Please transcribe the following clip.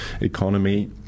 economy